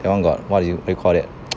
that one got what do you what do you call that